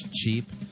cheap